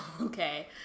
Okay